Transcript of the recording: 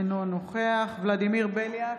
אינו נוכח ולדימיר בליאק,